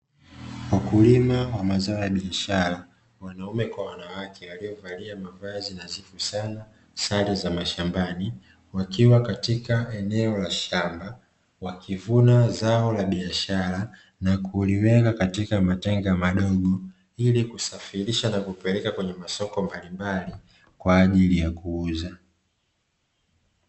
Wakulima wa mazao ya biashara wanaume kwa wanawake, waliovalia mavazi nadhifu sana sare za mashambani, wakiwa katika eneo la shamba wakivuna zao la biashara na kuliweka katika matenga madogo, ili kusafirisha na kupeleka kwenye masoko mbalimbali kwa ajili ya kuuza.